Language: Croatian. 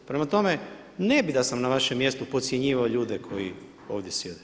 Prema tome, ne bi da sam na vašem mjestu podcjenjivao ljude koji ovdje sjede.